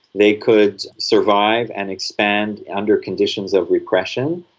they could survive and expand under conditions of repression,